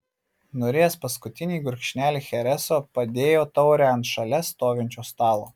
nurijęs paskutinį gurkšnelį chereso padėjo taurę ant šalia stovinčio stalo